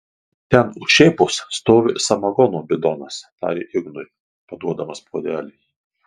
ten už šėpos stovi samagono bidonas tarė ignui paduodamas puodelį